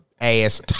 ass